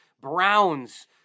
Browns